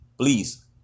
Please